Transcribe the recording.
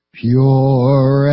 pure